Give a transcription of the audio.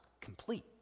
complete